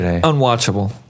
Unwatchable